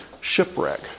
shipwreck